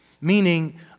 Meaning